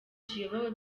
kiyobowe